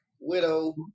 Widow